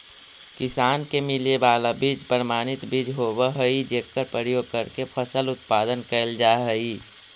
किसान के मिले वाला बीज प्रमाणित बीज होवऽ हइ जेकर प्रयोग करके फसल उत्पादन कैल जा हइ